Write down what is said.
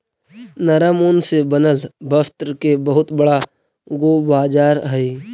नरम ऊन से बनल वस्त्र के बहुत बड़ा गो बाजार हई